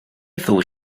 thought